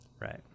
Right